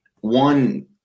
one –